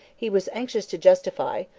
he was anxious to justify,